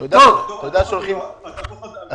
תרמת הרבה.